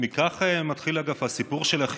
כך מתחיל,